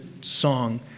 song